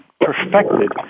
perfected